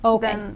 Okay